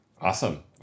Awesome